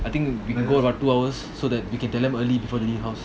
I think you can go about two hours so that we can tell them early before they leave house